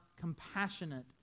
compassionate